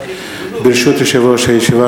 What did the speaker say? ברשות יושב-ראש הישיבה,